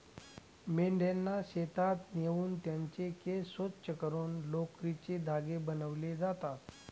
मेंढ्यांना शेतात नेऊन त्यांचे केस स्वच्छ करून लोकरीचे धागे बनविले जातात